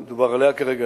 מדובר עליה כרגע,